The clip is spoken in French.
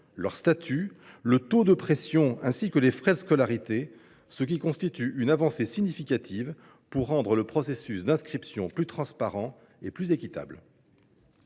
leur statut, le taux de pression, ainsi que sur les frais de scolarité, ce qui constitue une avancée significative pour rendre le processus d’inscription plus transparent et plus équitable.